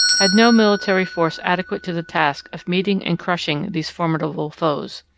had no military force adequate to the task of meeting and crushing these formidable foes.